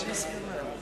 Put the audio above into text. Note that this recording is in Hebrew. יש הסכמה.